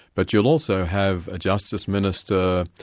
but you'll also have a justice minister,